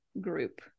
group